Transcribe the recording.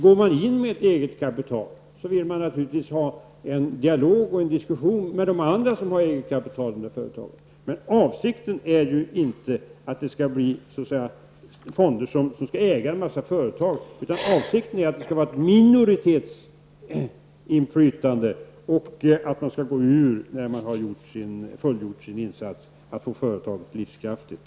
Går man in med eget kapital vill man naturligtvis ha en dialog och diskussion med de andra som har eget kapital i företaget. Avsikten är dock inte att fonder skall äga en mängd företag. Avsikten är att det skall vara ett minoritetsinflytande och att man skall gå ur när man har fullgjort sin insats för att få företaget livskraftigt.